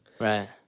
Right